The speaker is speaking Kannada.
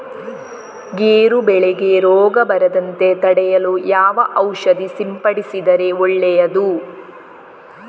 ಗೇರು ಬೆಳೆಗೆ ರೋಗ ಬರದಂತೆ ತಡೆಯಲು ಯಾವ ಔಷಧಿ ಸಿಂಪಡಿಸಿದರೆ ಒಳ್ಳೆಯದು?